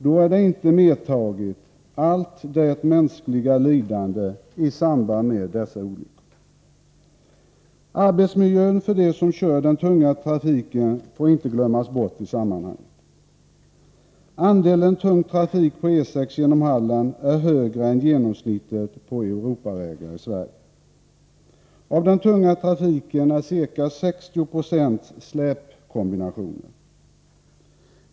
Då är inte det stora mänskliga lidandet i samband med dessa olyckor medräknat. Arbetsmiljön för dem som kör tunga fordon får inte glömmas bort i sammanhanget. Andelen tung trafik på E 6 genom Halland är högre än genomsnittet på Europavägarna i Sverige. Av den tunga trafiken är ca 60 9o släpkombinationer.